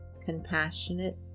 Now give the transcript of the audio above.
compassionate